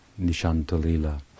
Nishantalila